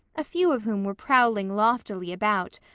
a few of whom were prowling loftily about,